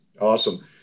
Awesome